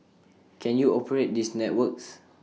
can you operate these networks